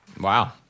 wow